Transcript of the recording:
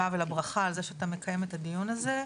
ולברכה על זה שאתה מקיים את הדיון הזה.